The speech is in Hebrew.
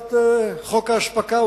להצעת חוק ההספקה.